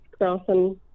crossing